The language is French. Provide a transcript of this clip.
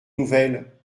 nouvelles